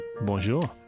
Bonjour